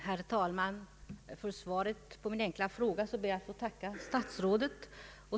Herr talman! För svaret på min enkla fråga ber jag att få tacka statsrådet.